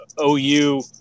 OU